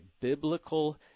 biblical